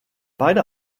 beide